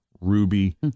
Ruby